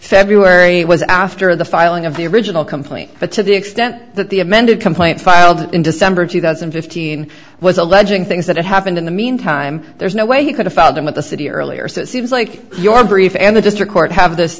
february was after the filing of the original complaint but to the extent that the amended complaint filed in december two thousand and fifteen was alleging things that happened in the meantime there's no way you could have found them at the city earlier so it seems like your brief and the district court have this